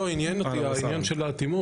י לא טוב שיגרום גם ליוקר המחיה לעלות